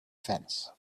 fence